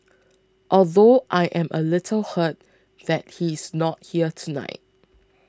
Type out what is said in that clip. although I am a little hurt that he is not here tonight